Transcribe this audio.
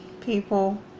people